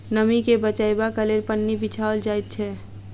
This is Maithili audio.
नमीं के बचयबाक लेल पन्नी बिछाओल जाइत छै